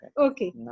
okay